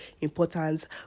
importance